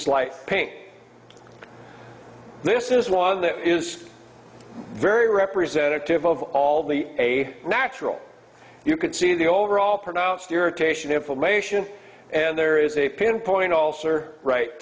slight pain this is one that is very representative of all the a natural you could see the overall pronounced irritation information and there is a pinpoint also are right